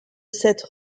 cette